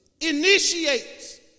Initiates